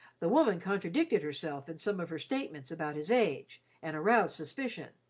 the woman contradicted herself in some of her statements about his age, and aroused suspicion.